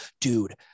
dude